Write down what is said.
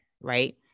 right